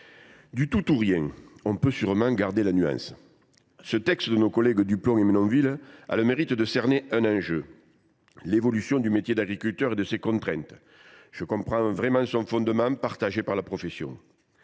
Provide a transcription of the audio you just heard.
au tout ou rien, préférons la nuance. Ce texte de nos collègues Duplomb et Menonville a le mérite de cerner un enjeu : l’évolution du métier d’agriculteur et de ses contraintes. Je comprends pleinement son fondement, à l’instar de la profession.